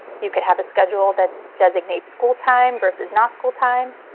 you could have a schedule that designates school-time versus not school time.